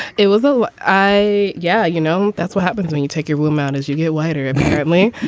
it was. ah i yeah. you know, that's what happens when you take your womb out as you get whiter, apparently.